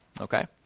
Okay